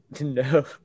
No